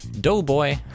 Doughboy